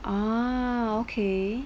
ah okay